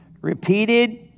Repeated